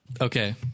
Okay